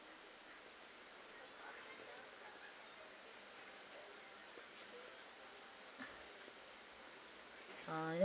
ah yup